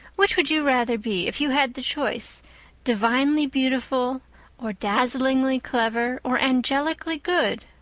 which would you rather be if you had the choice divinely beautiful or dazzlingly clever or angelically good?